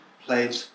Played